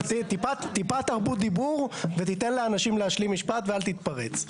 טיפת תרבות דיבור ותיתן לאנשים להשלים משפט ואל תתפרץ.